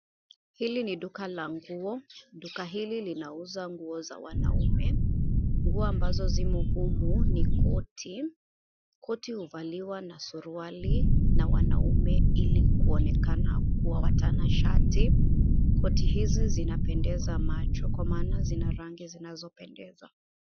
Hili ni duka la nguo. Duka hili linauza nguo za wanaume. Nguo ambazo zimo humu ni koti. Koti huvaliwa na suruali na wanaume ili kuonekana kuwa watanashati. Koti hizi zinapendeza macho kwa maana zina rangi zinazo pendeza